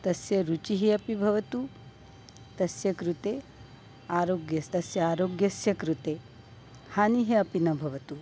तस्य रुचिः अपि भवतु तस्य कृते आरोग्यस्य तस्य आरोग्यस्य कृते हानिः अपि न भवतु